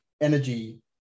energy